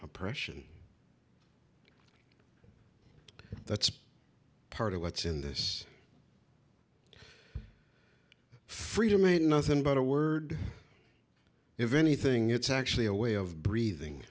oppression that's part of what's in this freedom ain't nothing but a word if anything it's actually a way of breathing